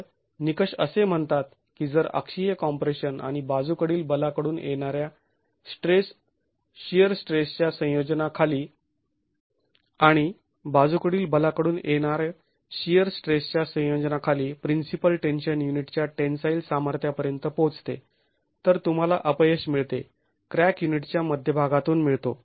तर निकष असे म्हणतात की जर अक्षीय कॉम्प्रेशन आणि बाजूकडील बला कडून येणार शिअर स्ट्रेसच्या संयोजना खाली प्रिन्सिपल टेन्शन युनिटच्या टेन्साईल सामार्थ्या पर्यंत पोहोचते तर तुम्हाला अपयश मिळते क्रॅक युनिटच्या मध्यभागातून मिळतो